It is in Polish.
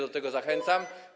Do tego zachęcam.